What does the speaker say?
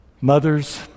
mothers